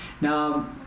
Now